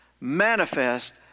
manifest